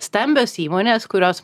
stambios įmonės kurios